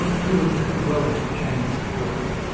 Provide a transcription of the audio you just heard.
he was very willing to change his quarters,